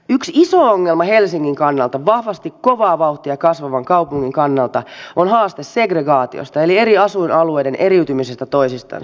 yksi iso ongelma helsingin kannalta vahvasti kovaa vauhtia kasvavan kaupungin kannalta on haaste segregaatiosta eli eri asuinalueiden eriytymisestä toisistansa